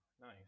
nice